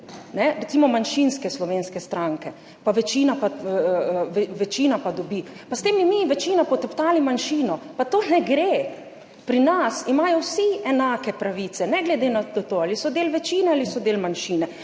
recimo manjšinske slovenske stranke? Večina pa dobi. Pa s tem bi mi, večina, poteptali manjšino. Pa to ne gre. Pri nas imajo vsi enake pravice, ne glede na to, ali so del večine ali so del manjšine.